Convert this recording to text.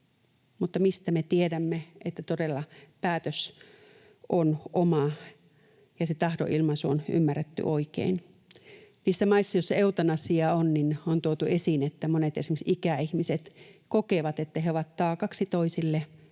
niin mistä me tiedämme, että todella päätös on oma ja se tahdonilmaisu on ymmärretty oikein? Niissä maissa, joissa eutanasiaa on, on tuotu esiin, että esimerkiksi monet ikäihmiset kokevat, että he ovat taakaksi toisille